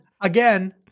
again